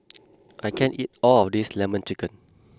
I can't eat all of this Lemon Chicken